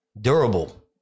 durable